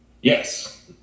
Yes